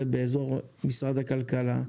זה באזור משרד הכלכלה,